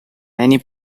many